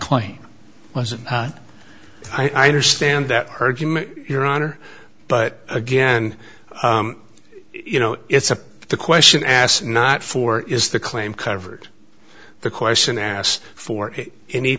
claim wasn't i understand that argument your honor but again you know it's a the question asked not for is the claim covered the question asked for any